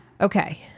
Okay